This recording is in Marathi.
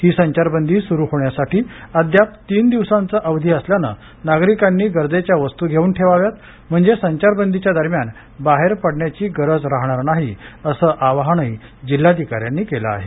ही संचारबंदी सुरू होण्यासाठी अद्याप तीन दिवसांचा अवधी असल्यानं नागरिकांनी गरजेच्या वस्तू घेऊन ठेवाव्यात म्हणजे संचारबंदीच्या दरम्यान बाहेर पडण्याची गरज राहणार नाही असं आवाहनही जिल्हाधिकाऱ्यांनी केलं आहे